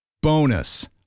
Bonus